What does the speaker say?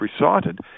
recited